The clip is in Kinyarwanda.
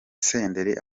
senderi